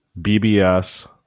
BBS